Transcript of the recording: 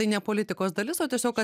tai ne politikos dalis o tiesiog